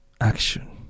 action